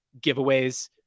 giveaways